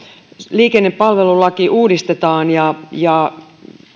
liikennepalvelulaki uudistetaan ja ja